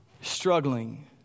Struggling